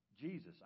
Jesus